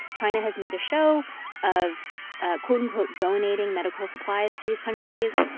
china has made a show of ah quote-unquote donating medical supplies to these countries,